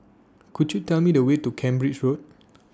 Could YOU Tell Me The Way to Cambridge Road